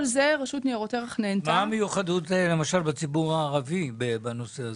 מה המיוחדות בציבור הערבי בנושא?